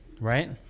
Right